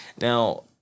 Now